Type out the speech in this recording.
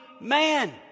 man